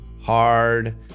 Hard